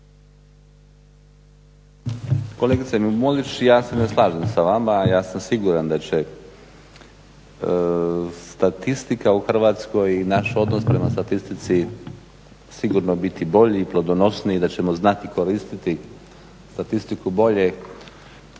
Kolegice Mulić ja se ne slažem sa vama, ja sam siguran da će statistika u Hrvatskoj i naš odnos prema statistici sigurno biti bolji i plodonosniji i da ćemo znati koristiti statistiku bolje.